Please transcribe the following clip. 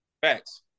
Facts